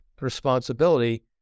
responsibility